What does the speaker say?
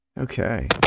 Okay